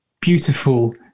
beautiful